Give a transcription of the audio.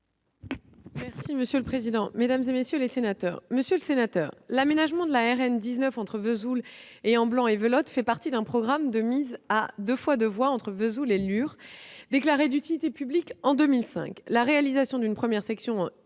! La parole est à Mme la secrétaire d'État. Monsieur le sénateur, l'aménagement de la RN 19 entre Vesoul et Amblans-et-Velotte fait partie d'un programme de mise à deux fois deux voies entre Vesoul et Lure, déclaré d'utilité publique en 2005. La réalisation d'une première section